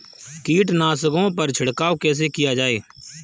कीटनाशकों पर छिड़काव कैसे किया जाए?